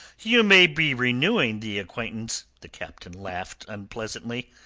you may be renewing the acquaintance. the captain laughed unpleasantly.